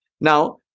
Now